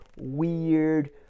weird